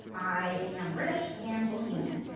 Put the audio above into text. i am british and bohemian.